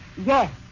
Yes